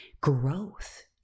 growth